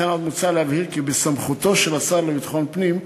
כמו כן מוצע להבהיר כי בסמכותו של השר לביטחון פנים,